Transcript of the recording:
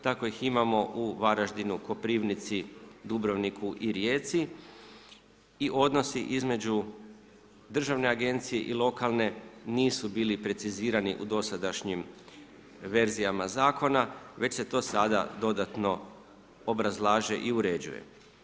Tako ih imamo u Varaždinu, Koprivnici, Dubrovniku i Rijeci i odnosi između države agencije i lokalne nisu bili precizirani u dosadašnjim verzijama zakona već se to sada dodatno obrazlaže i uređuje.